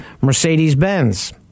Mercedes-Benz